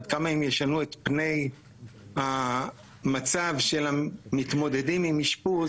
עד כמה הם ישנו את פני המצב של המתמודדים עם אשפוז?